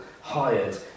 hired